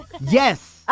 Yes